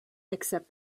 except